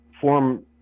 form